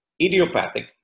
idiopathic